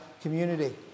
community